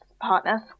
partners